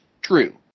true